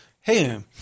Hey